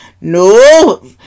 No